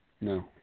No